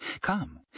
Come